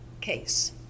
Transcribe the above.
case